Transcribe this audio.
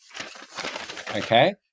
Okay